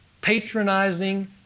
patronizing